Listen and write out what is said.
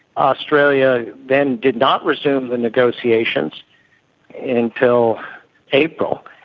australia then did not resume the negotiations and until april.